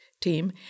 team